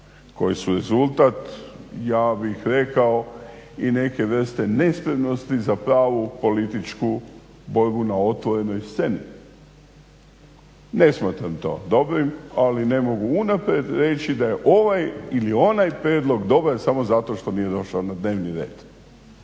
koje su rezultat ja bih rekao i neke vrste nespremnosti za pravu političku borbu na otvorenoj sceni. Ne smatram to dobrim, ali ne mogu unaprijed reći da je ovaj ili onaj prijedlog dobar samo zato što nije došao na dnevni red.